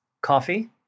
coffee